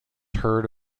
heard